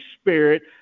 spirit